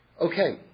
Okay